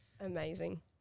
Amazing